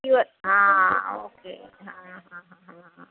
ಇವು ಆಂ ಓಕೆ ಹಾಂ ಹಾಂ ಹಾಂ ಹಾಂ ಹಾಂ